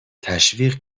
تشویق